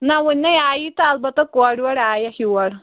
نہَ وُنہِ نَے آیی تہٕ اَلبتہٕ کوٚرِ وورِ آیَکھ یوٚر